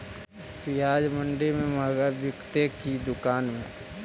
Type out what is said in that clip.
प्याज मंडि में मँहगा बिकते कि दुकान में?